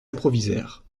improvisèrent